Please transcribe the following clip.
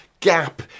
gap